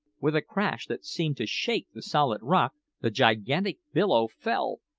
with a crash that seemed to shake the solid rock, the gigantic billow fell,